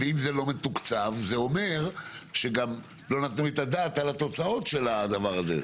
ואם זה לא מתוקצב זה אומר שגם לא נתנו את הדעת על התוצאות של הדבר הזה.